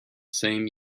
same